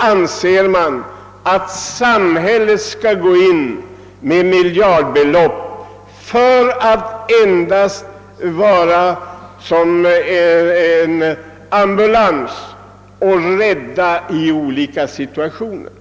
anser man att samhället skall gå in med miljardbelopp och vara en ambulans som kommer till räddning i olika situationer.